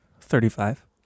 Thirty-five